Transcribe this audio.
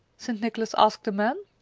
st. nicholas asked the man.